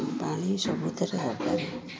ପାଣି ସବୁଥିରେ ଆଗ